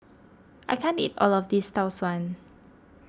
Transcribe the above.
I can't eat all of this Tau Suan